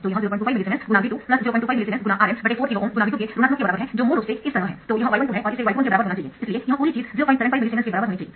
तो यह 025 मिलीसीमेंस×V2025 मिलीसीमेंस×Rm 4 KΩ ×V2 के ऋणात्मक के बराबर है जो मूल रूप से इस तरह है तो यह y12 है और इसे y21 के बराबर होना चाहिए इसलिए यह पूरी चीज़ 075 मिलीसीमेंस के बराबर होनी चाहिए